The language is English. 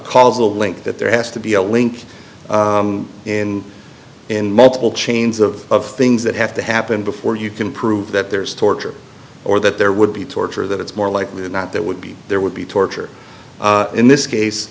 causal link that there has to be a link and and multiple chains of things that have to happen before you can prove that there is torture or that there would be torture that it's more likely than not that would be there would be torture in this case